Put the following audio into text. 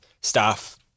staff